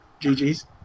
GG's